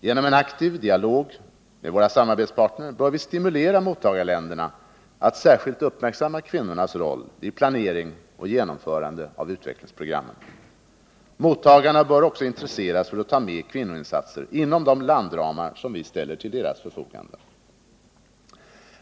Genom en aktiv dialog med våra samarbetspartner bör vi vidare stimulera mottagarländerna att särskilt uppmärksamma kvinnornas roll vid planering och genomförande av utvecklingsprogrammen. Mottagarna bör också intresseras för att ta med kvinnoinsatser inom de landramar som vi ställer till deras förfogande.